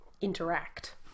interact